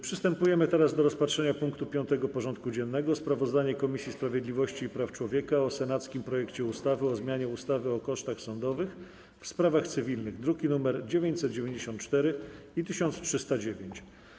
Przystępujemy do rozpatrzenia punktu 5. porządku dziennego: Sprawozdanie Komisji Sprawiedliwości i Praw Człowieka o senackim projekcie ustawy o zmianie ustawy o kosztach sądowych w sprawach cywilnych (druki nr 994 i 1309)